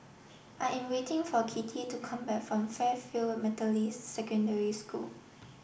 I am waiting for Kitty to come back from Fairfield Methodist Secondary School